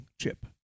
chip